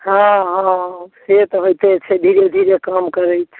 हँ हँ से तऽ होइते छै धीरे धीरे काम करैत छै